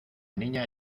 niña